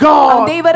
God